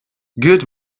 good